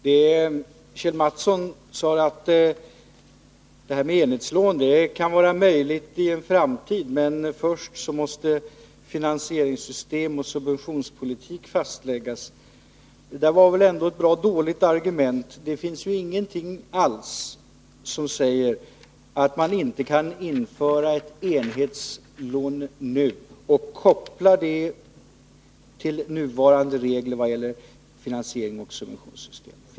Fru talman! Kjell Mattsson sade att det här med enhetslån kan vara möjligt ien framtid, men han menade att finansieringssystem och subventionspolitik måste fastläggas först. Det där var väl ändå ett dåligt argument. Ingenting alls säger att man inte kan införa ett enhetslån nu och koppla det till nuvarande regler i vad gäller finansieringsoch subventionssystem.